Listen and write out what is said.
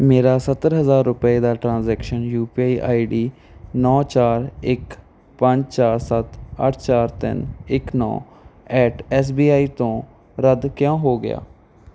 ਮੇਰਾ ਸੱਤਰ ਹਜ਼ਾਰ ਰੁਪਏ ਦਾ transaction U P I I D ਨੌਂ ਚਾਰ ਇੱਕ ਪੰਜ ਚਾਰ ਸੱਤ ਅੱਠ ਚਾਰ ਤਿੰਨ ਇੱਕ ਨੌਂ ਐਟ ਐੱਸ ਬੀ ਆਈ ਤੋਂ ਰੱਦ ਕਿਉਂ ਹੋ ਗਿਆ